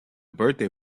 birthday